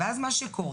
ואז מה שקורה,